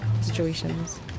situations